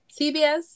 CBS